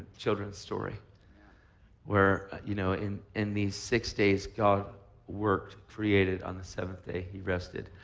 children's story where, you know, in in these six days god worked, created. on the seventh day he rested.